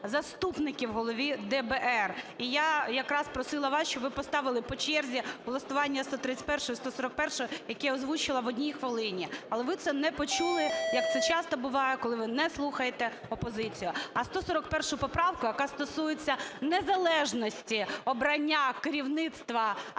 заступників голови ДБР. І я якраз просила вас, щоб ви поставили по черзі голосування 131-ї і 141-ї, які я озвучила в одній хвилині. Але ви це не почули, як це часто буває, коли ви не слухаєте опозицію. А 141 поправку, яка стосується незалежності обрання керівництва